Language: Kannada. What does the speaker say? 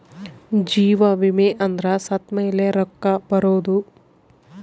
ಜೀವ ವಿಮೆ ಅಂದ್ರ ಸತ್ತ್ಮೆಲೆ ರೊಕ್ಕ ಬರೋದು